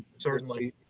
certainly.